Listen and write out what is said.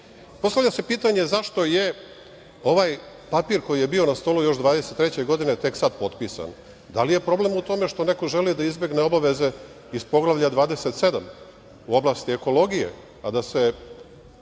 ovde. Postavlja se pitanje – zašto je ovaj papir koji je bio na stolu još 2023. godine tek sad potpisan? Da li je problem u tome što neko želi da izbegne obaveze iz Poglavlja 27 u oblasti ekologije, recimo